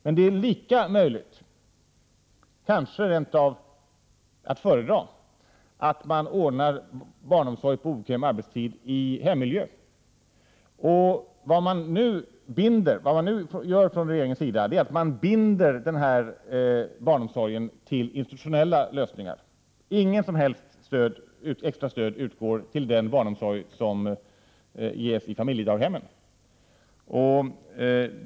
Men det är lika möjligt, kanske rent av att föredra, att man ordnar barnomsorg på obekväm arbetstid i hemmiljö. Vad regeringen nu gör är att man binder denna barnomsorg till institutionella lösningar. Inget som helst extra stöd utgår till den barnomsorg som ges i familjedaghemmen.